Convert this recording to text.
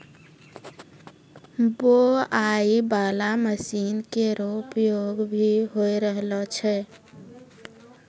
बोआई बाला मसीन केरो प्रयोग भी होय रहलो छै